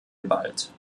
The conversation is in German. gewalt